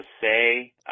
say